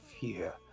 fear